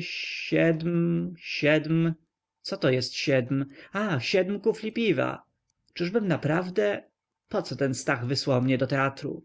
siedm siedm co to jest siedm ach siedm kufli piwa czyżbym naprawdę poco ten stach wysłał mnie do teatru